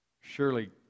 surely